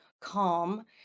calm